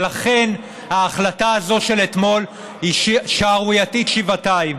ולכן ההחלטה הזאת של אתמול היא שערורייתית שבעתיים.